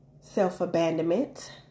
self-abandonment